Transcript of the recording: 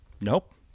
nope